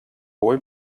boy